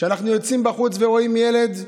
כשאנחנו יוצאים החוצה ורואים ילד,